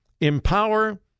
empower